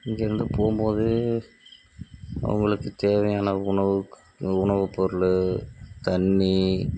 இங்கேயிருந்து போகும்போது அவங்களுக்கு தேவையான உணவு உணவுப் பொருள் தண்ணி